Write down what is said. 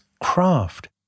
craft